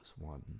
one